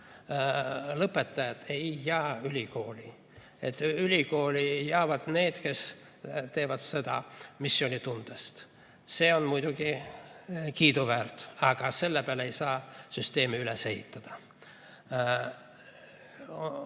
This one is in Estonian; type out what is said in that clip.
lõpetajad ei jää ülikooli ja et ülikooli jäävad need, kes teevad seda missioonitundest. See on muidugi kiiduväärt, aga selle peale ei saa süsteemi üles ehitada.